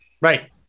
right